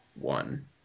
one